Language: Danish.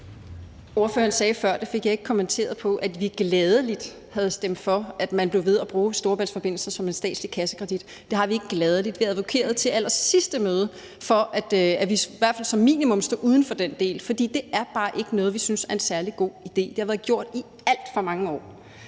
kommenteret på – at vi gladelig havde stemt for, at man blev ved med at bruge Storebæltsforbindelsen som en statslig kassekredit. Det har vi ikke gladelig gjort. Vi advokerede ved allersidste møde for, at vi i hvert fald som minimum stod uden for den del. For det er bare ikke noget, vi synes er en særlig god idé. Det har været gjort i alt for mange år.